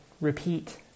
repeat